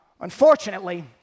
Unfortunately